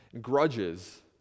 grudges